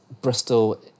Bristol